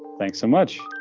thanks so much.